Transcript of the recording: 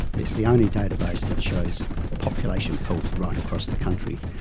it's the only database that shows population health right across the country.